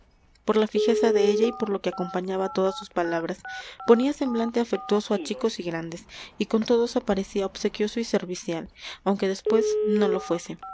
por la fijeza de ella y por lo que acompañaba a todas sus palabras ponía semblante afectuoso a chicos y grandes y con todos aparecía obsequioso y servicial aunque después no lo fuese